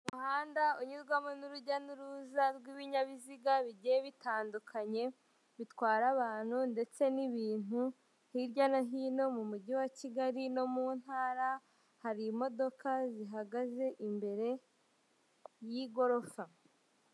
Umuhanda unyurwamo n'urujya n'uruza rw'ibinyabiziga bigiye bitandukanye bitwara abantu ndetse n'ibintu hirya no hino mu mujyi wa Kigali no mu ntara hari imodoka zihagaze imbere y'igorofa.